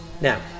now